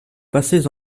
passez